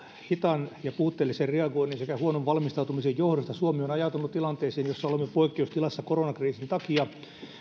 hitaan ja puutteellisen reagoinnin sekä huonon valmistautumisen johdosta suomi on ajautunut tilanteeseen jossa olemme poikkeustilassa koronakriisin takia